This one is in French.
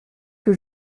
que